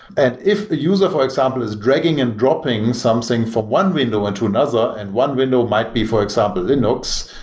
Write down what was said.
and if a user for example is dragging and dropping something from one window into another and one window might be, for example, linux,